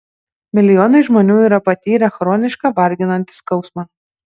milijonai žmonių yra patyrę chronišką varginantį skausmą